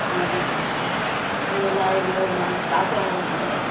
ऐं इन लाइ ॿियों मां छा चवां हाणे